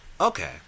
Okay